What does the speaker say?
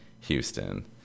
houston